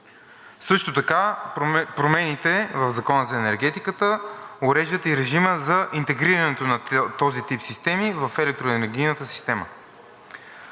Също така промените в Закона за енергетиката уреждат и режима за интегрирането на този тип системи в електроенергийната система.